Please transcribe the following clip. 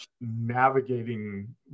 navigating